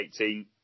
2018